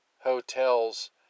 hotels